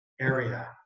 area